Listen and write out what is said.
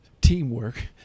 teamwork